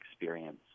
experience